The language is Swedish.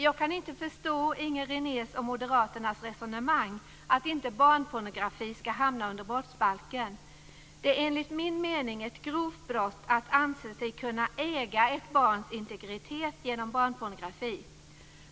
Jag kan inte förstå Inger Renés och moderaternas resonemang om att inte barnpornografi skall hamna under brottsbalken. Enligt min mening är det ett grovt brott att anse sig kunna äga ett barns integritet genom barnpornografi.